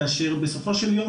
כאשר בסופו של יום,